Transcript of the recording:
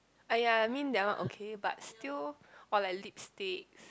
!aiya! mean that one okay but still or like lipsticks